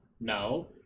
No